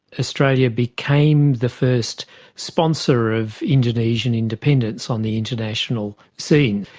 australia became the first sponsor of indonesian independence on the international scene.